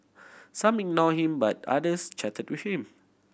some ignored him but others chatted with him